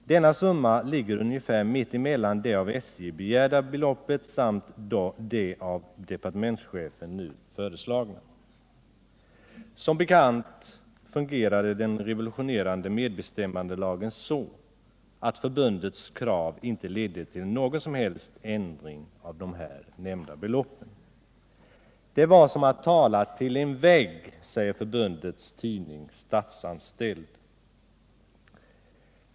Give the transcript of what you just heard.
Denna summa ligger ungefär mitt emellan det av SJ begärda beloppet samt det av departementschefen nu föreslagna. Som bekant fungerade den revolutionerande medbestämmandelagen så, att förbundets krav inte ledde till någon som helst ändring av de här nämnda beloppen. Det var som att tala tillen vägg, säger förbundets tidning Statsanställd.